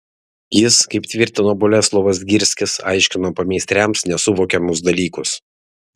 jis kaip tvirtino boleslovas zgirskis aiškino pameistriams nesuvokiamus dalykus